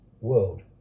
world